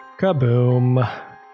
Kaboom